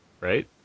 Right